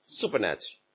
supernatural